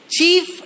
Chief